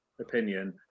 opinion